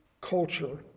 culture